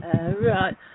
right